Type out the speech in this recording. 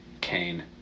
Kane